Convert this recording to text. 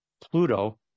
Pluto